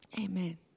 Amen